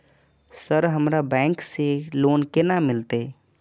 Sir हमरा bank से loan केना मिलते?